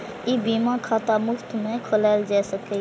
ई बीमा खाता मुफ्त मे खोलाएल जा सकैए